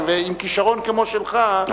ועם כשרון כמו שלך,